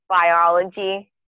biology